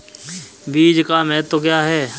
बीज का महत्व क्या है?